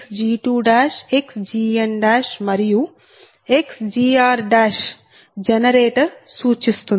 xg1xg2 xgn మరియు xgr generator సూచిస్తుంది